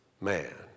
man